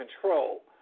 control –